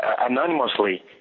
anonymously